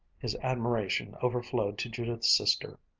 his admiration overflowed to judith's sister.